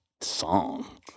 song